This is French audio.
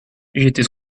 j’étais